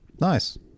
nice